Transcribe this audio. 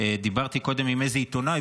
דיברתי קודם עם איזה עיתונאי,